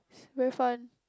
very fun